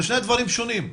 זה שני דברים שונים.